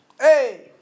Hey